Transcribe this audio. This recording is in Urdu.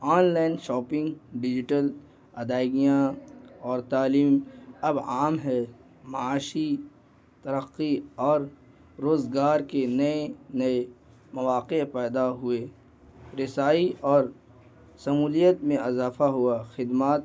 آن لائن شاپنگ ڈیجیٹل ادائیگیاں اور تعلیم اب عام ہے معاشی ترقی اور روزگار کے نئے نئے مواقع پیدا ہوئے رسائی اور شمولیت میں اضافہ ہوا خدمات